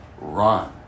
Run